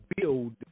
build